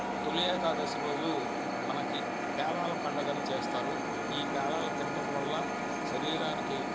తొలి ఏకాదశి రోజు మనకి పేలాల పండగని చేస్తారు ఈ పేలాలు తింటం వల్ల శరీరానికి